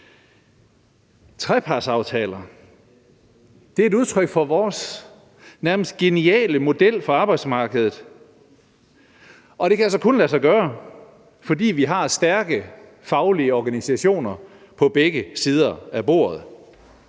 Trepartsaftaler er et udtryk for vores nærmest geniale model for arbejdsmarkedet, og det kan altså kun lade sig gøre, fordi vi har stærke faglige organisationer på begge sider af bordet.